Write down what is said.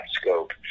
scope